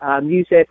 music